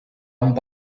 amb